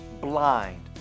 blind